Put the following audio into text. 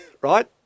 right